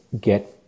get